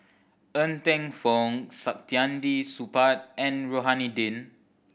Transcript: Ng Teng Fong Saktiandi Supaat and Rohani Din